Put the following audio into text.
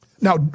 Now